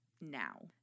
now